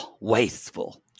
wasteful